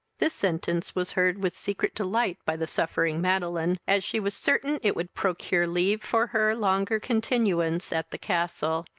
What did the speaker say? this sentence was heard with secret delight by the suffering madeline, as she was certain it would procure leave for her longer continuance at the castle,